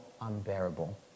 unbearable